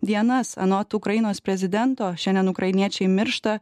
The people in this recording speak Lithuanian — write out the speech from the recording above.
dienas anot ukrainos prezidento šiandien ukrainiečiai miršta